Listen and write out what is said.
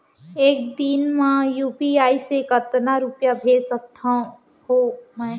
एक दिन म यू.पी.आई से कतना रुपिया भेज सकत हो मैं?